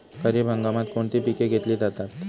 खरीप हंगामात कोणती पिके घेतली जातात?